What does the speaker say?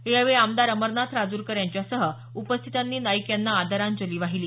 या वेळी आमदार अमरनाथ राजूरकर यांच्यासह उपस्थितांनी नाईक यांना आदरांजली वाहिली